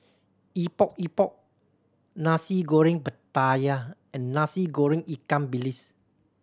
Epok Epok Nasi Goreng Pattaya and Nasi Goreng ikan bilis